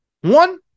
one